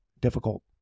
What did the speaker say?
difficult